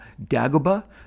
Dagobah